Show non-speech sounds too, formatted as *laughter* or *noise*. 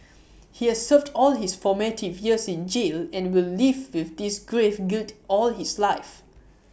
*noise* he has served all his formative years in jail and will live with this grave guilt all his life